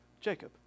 Jacob